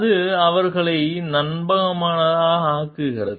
அது அவர்களை நம்பகமானதாக ஆக்குகிறது